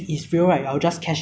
mm pause pause pause